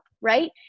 right